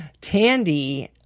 Tandy